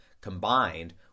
combined